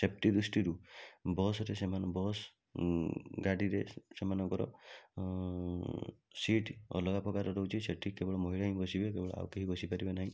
safety ଦୃଷ୍ଟିରୁ ବସରେ ସେମାନେ ବସ ଗାଡ଼ିରେ ସେମାନଙ୍କର ସିଟ୍ ଅଲଗା ପ୍ରକାର ରହୁଛି ସେଇଠି କେବଳ ମହିଳା ହିଁ ବସିବେ କେବଳ ଆଉ କେହି ବସିପାରିବେ ନାହିଁ